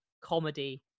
comedy